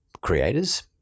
creators